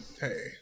hey